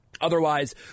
Otherwise